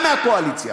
גם מהקואליציה,